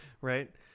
Right